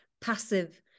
passive